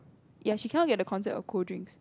ya she cannot get the concept of cold drinks